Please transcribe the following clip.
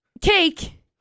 Cake